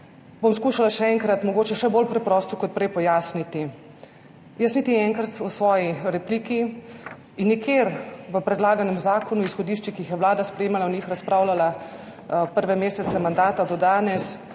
Bom skušala še enkrat mogoče še bolj preprosto kot prej pojasniti. Jaz niti enkrat v svoji repliki in nikjer v predlaganem zakonu o izhodiščih, ki jih je vlada sprejemala, o njih razpravljala prve mesece mandata do danes,